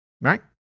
Right